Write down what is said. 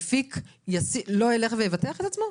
זה יגרום למפיק לא לבטח את עצמו?